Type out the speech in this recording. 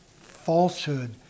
falsehood